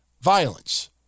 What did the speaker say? violence